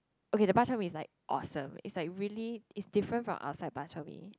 okay the bak-chor-mee is like awesome is like really is different from outside bak-chor-mee